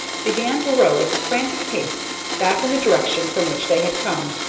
began to row with frantic haste back in the direction from which they had come.